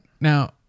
now